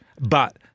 But-